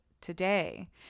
today